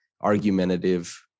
argumentative